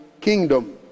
kingdom